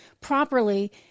properly